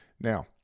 now